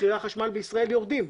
מחירי החשמל בישראל יורדים.